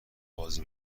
بازی